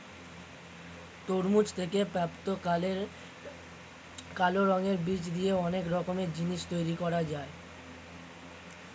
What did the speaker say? তরমুজ থেকে প্রাপ্ত কালো রঙের বীজ দিয়ে অনেক রকমের জিনিস তৈরি করা যায়